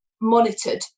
monitored